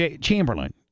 Chamberlain